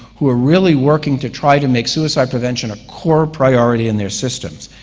who are really working to try to make suicide prevention a core priority in their systems.